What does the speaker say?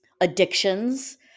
addictions